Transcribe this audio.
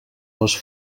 les